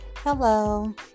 Hello